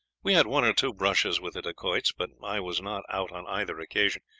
we had one or two brushes with the dacoits, but i was not out on either occasion.